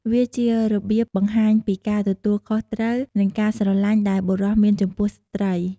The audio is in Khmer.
វាជារបៀបបង្ហាញពីការទទួលខុសត្រូវ និងការស្រឡាញ់ដែលបុរសមានចំពោះស្ត្រី។